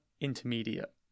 intermediate